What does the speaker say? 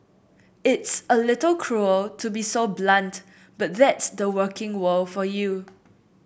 it's a little cruel to be so blunt but that's the working world for you